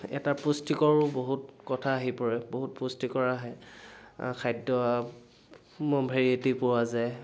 এটা পুষ্টিকৰো বহুত কথা আহি পৰে বহুত পুষ্টিকৰ আহে খাদ্য মই ভেৰিয়েটি পোৱা যায়